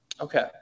Okay